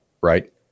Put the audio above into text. right